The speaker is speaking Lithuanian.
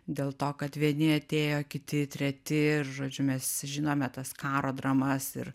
dėl to kad vieni atėjo kiti treti ir žodžiu mes žinome tas karo dramas ir